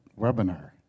webinar